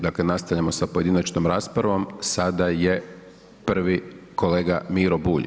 Dakle, nastavljamo sa pojedinačnom raspravom sada je prvi kolega Miro Bulj.